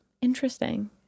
interesting